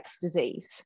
disease